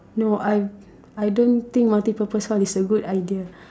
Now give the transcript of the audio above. no I I don't think multi purpose hall is a good idea